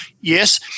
yes